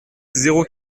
zéro